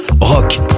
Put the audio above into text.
Rock